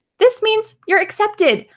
this mean so you're accepted.